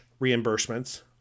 reimbursements